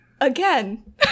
Again